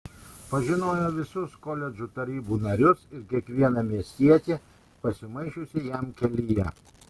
pažinojo visus koledžų tarybų narius ir kiekvieną miestietį pasimaišiusį jam kelyje